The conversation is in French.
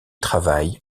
travaille